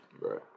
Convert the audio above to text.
Right